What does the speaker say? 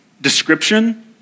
description